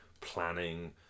planning